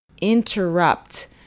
interrupt